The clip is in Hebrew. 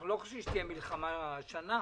אנחנו לא חושבים שתהיה מלחמה שנה.